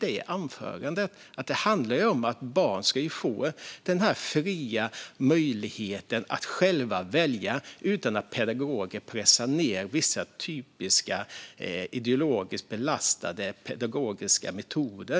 I mitt anförande sa jag att det handlar om att barn ska ha möjlighet att själva välja fritt utan att pedagoger pressar dem med vissa ideologiskt belastade pedagogiska metoder.